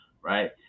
right